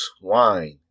wine